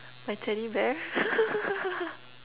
my teddy bear